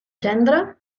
gendre